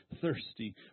thirsty